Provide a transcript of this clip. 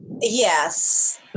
Yes